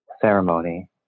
ceremony